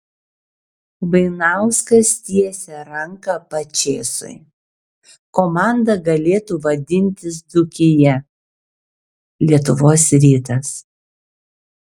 vainauskas tiesia ranką pačėsui komanda galėtų vadintis dzūkija lietuvos rytas